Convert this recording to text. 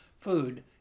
food